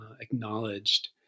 acknowledged